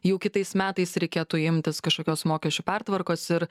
jau kitais metais reikėtų imtis kažkokios mokesčių pertvarkos ir